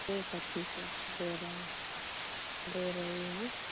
ठीक है ठीक है दे रही हूँ दे रही हूँ